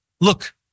look